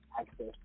access